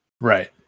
Right